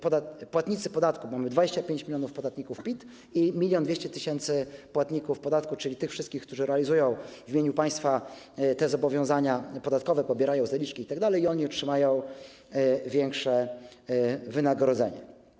Płatnicy podatku - bo mamy 25 mln podatników PIT i 1200 tys. płatników podatku, czyli tych wszystkich, którzy realizują w imieniu państwa zobowiązania podatkowe, pobierają zaliczki itd. - otrzymają większe wynagrodzenie.